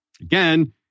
Again